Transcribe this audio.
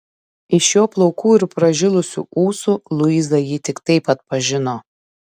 iš jo plaukų ir pražilusių ūsų luiza jį tik taip atpažino